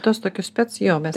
tuos tokius spec jo mes